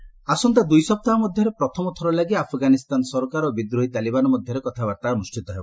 Afghan Taliban talk ଆସନ୍ତା ଦୂଇ ସପ୍ତାହ ମଧ୍ୟରେ ପ୍ରଥମ ଥର ଲାଗି ଆଫଗାନିସ୍ତାନ ସରକାର ଓ ବିଦ୍ରୋହୀ ତାଲିବାନ ମଧ୍ୟରେ କଥାବାର୍ତ୍ତା ଅନୁଷ୍ଠିତ ହେବ